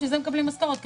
בשביל זה מקבלים משכורת,